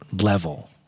level